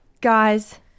guys